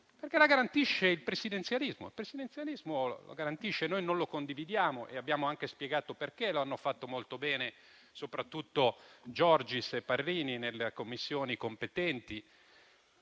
perché la garantisce il presidenzialismo. Il presidenzialismo la garantisce. Noi non lo condividiamo e abbiamo anche spiegato perché. Lo hanno fatto molto bene soprattutto i senatori Giorgis e Parrini nelle Commissioni competenti,